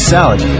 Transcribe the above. Salad